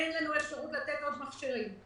אין לנו אפשרות לתת עוד מכשירים.